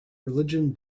religion